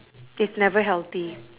it's never healthy